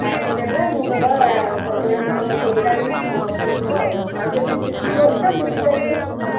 ପାଣି ଦେଲେ ମୁଣ୍ଡଟା ସବୁବେଳେ ମୁଣ୍ଡ ଧୋଇଲା ଦିନ ବଥଉ ଥବ ଆଉ ଯଦି ଚୁଟି ଧୋଉଛ ଚୁଟିଟା ଟିକେ ଶୁଖାଅ